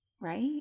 right